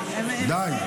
די, די.